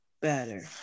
better